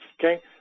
okay